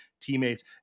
teammates